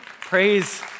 praise